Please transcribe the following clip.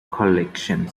collection